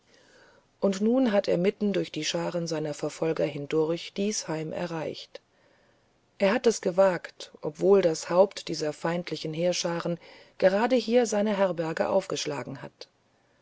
und nun hat er mitten durch die scharen seiner verfolger hindurch dies heim erreicht er hat es gewagt obwohl das haupt dieser feindlichen heerscharen gerade hier seine herberge aufgeschlagen hat